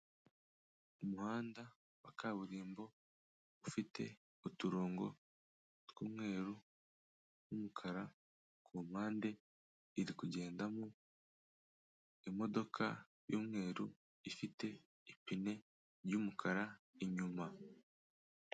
Umuhanda wa kaburimbo, ufite uturongo tw'umweru n'umukara, ku mpande iri kugendamo imodoka y'umweru, ifite ipine y'umukara inyuma.